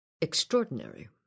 Extraordinary